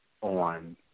on